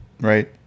Right